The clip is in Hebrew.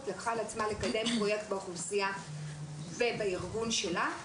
לקחה על עצמה לקדם פרויקט באוכלוסייה ובארגון שלה.